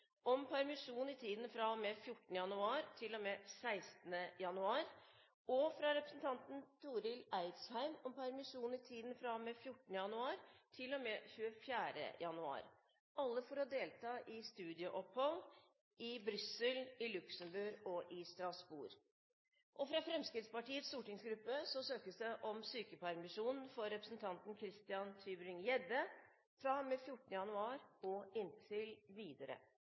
om permisjon i tiden fra og med 14. januar til og med 16. januar, og fra representanten Torill Eidsheim om permisjon i tiden fra og med 14. januar til og med 24. januar – alle for å delta i studieopphold i Brussel, Luxembourg og Strasbourg. fra Fremskrittspartiets stortingsgruppe om sykepermisjon for representanten Christian Tybring-Gjedde fra og med 14. januar og inntil videre